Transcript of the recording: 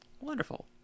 Wonderful